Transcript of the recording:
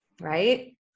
Right